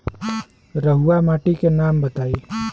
रहुआ माटी के नाम बताई?